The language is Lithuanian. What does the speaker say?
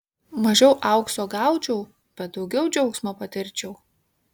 mažiau aukso gaučiau bet daugiau džiaugsmo patirčiau